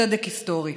צדק היסטורי.